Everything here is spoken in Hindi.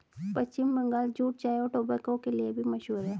पश्चिम बंगाल जूट चाय और टोबैको के लिए भी मशहूर है